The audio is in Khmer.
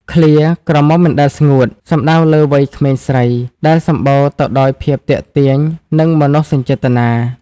ឃ្លា «ក្រមុំមិនដែលស្ងួត» សំដៅលើវ័យក្មេងស្រីដែលសម្បូរទៅដោយភាពទាក់ទាញ និងមនោសញ្ចេតនា។